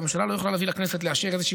הממשלה לא יכולה להביא לכנסת לאשר איזושהי